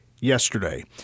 yesterday